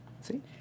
See